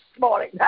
morning